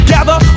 Gather